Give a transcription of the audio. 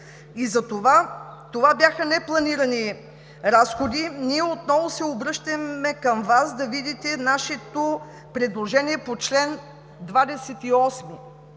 е друго. Това бяха непланирани разходи. Ние отново се обръщаме към Вас да видите нашето предложение по чл. 28.